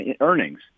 earnings